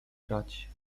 grać